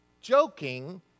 joking